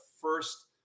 first